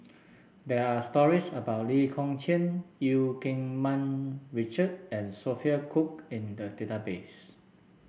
there are stories about Lee Kong Chian Eu Keng Mun Richard and Sophia Cooke in the database